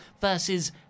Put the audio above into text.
versus